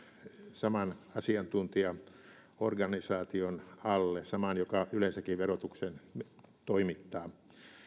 saman asiantuntijaorganisaation alle joka yleensäkin verotuksen toimittaa